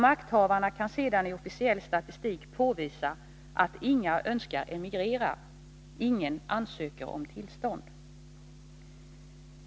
Makthavarna kan sedan i officiell statistik påvisa att inga önskar emigrera — ingen söker om tillstånd.